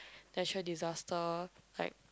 natural disaster like